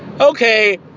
Okay